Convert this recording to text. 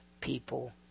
people